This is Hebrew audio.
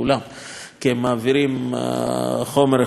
כי הם מעבירים חומר זה לזה.